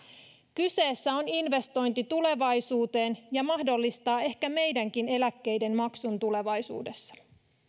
kyseessä on investointi tulevaisuuteen ja se mahdollistaa ehkä meidänkin eläkkeiden maksun tulevaisuudessa